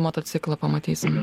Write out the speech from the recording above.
motociklą pamatysime